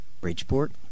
Bridgeport